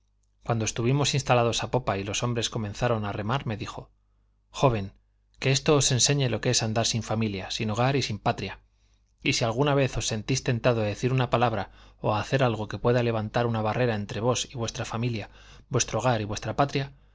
cuando estuvimos instalados a popa y los hombres comenzaron a remar me dijo joven que esto os enseñe lo que es estar sin familia sin hogar y sin patria y si alguna vez os sentís tentado a decir una palabra o a hacer algo que pueda levantar una barrera entre vos y vuestra familia vuestro hogar y vuestra patria